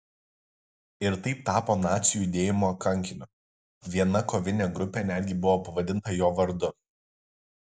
ir taip tapo nacių judėjimo kankiniu viena kovinė grupė netgi buvo pavadinta jo vardu